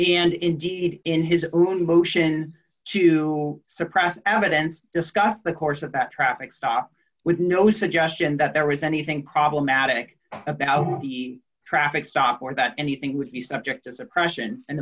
and indeed in his own motion to suppress evidence discuss the course of that traffic stop with no suggestion that there was anything problematic about the traffic stop or that anything would be subject to suppression an